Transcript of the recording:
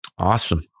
awesome